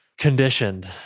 conditioned